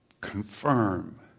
confirm